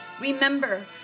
Remember